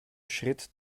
schritt